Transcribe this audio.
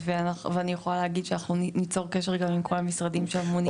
ואני יכולה להגיד שאנחנו ניצור קשר גם עם כל המשרדים שממונים.